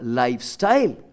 lifestyle